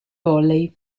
volley